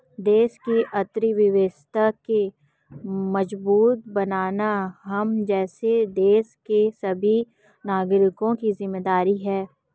देश की अर्थव्यवस्था को मजबूत बनाना हम जैसे देश के सभी नागरिकों की जिम्मेदारी है